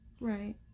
right